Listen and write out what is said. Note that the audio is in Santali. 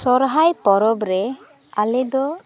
ᱥᱚᱨᱦᱟᱭ ᱯᱚᱨᱚᱵᱽ ᱨᱮ ᱟᱞᱮᱫᱚ